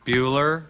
Bueller